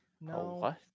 No